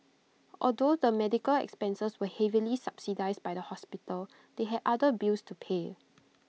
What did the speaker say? although the medical expenses were heavily subsidised by the hospital they had other bills to pay